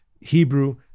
Hebrew